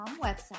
website